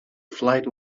flight